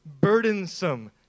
burdensome